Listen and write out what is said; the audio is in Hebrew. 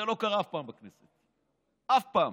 זה לא קרה אף פעם בכנסת, אף פעם,